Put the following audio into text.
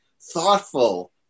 thoughtful